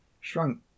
shrunk